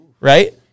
right